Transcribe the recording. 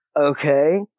okay